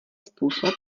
způsob